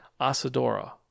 Asadora